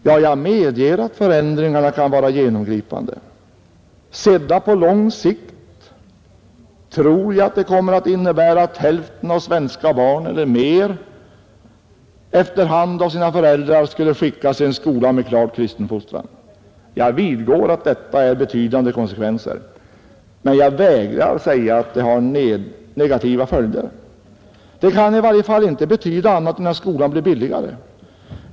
Ja, jag medger att förändringarna kan vara genomgripande — sedda på lång sikt kan de innebära att hälften av de svenska barnen eller mer efter hand av sina föräldrar skulle skickas till en skola med klart kristen fostran. Jag vidgår att det är betydande konsekvenser, men jag vägrar att säga att det är negativa följder. Det kan i varje fall inte betyda annat än att skolan blir billigare.